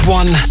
one